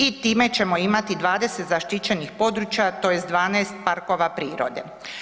I time ćemo imati 20 zaštićenih područja tj. 12 parkova prirode.